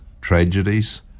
tragedies